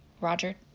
Roger